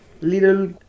little